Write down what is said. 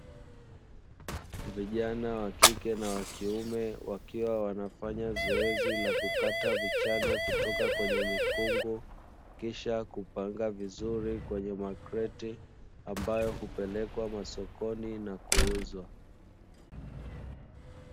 Vijana wa kike na wa kiume, wakiwa wanafanya zoezi la kukata vichane kutoka kwenye mikungu, kisha kupanga vizuri kwenye makreti ambayo hupelekwa masokoni na kuuzwa.